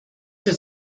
für